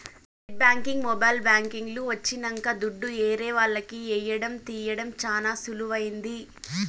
net banking mobile banking లు వచ్చినంక దుడ్డు ఏరే వాళ్లకి ఏయడం తీయడం చానా సులువైంది